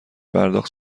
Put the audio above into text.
پرداخت